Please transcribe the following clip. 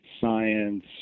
science